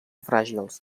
fràgils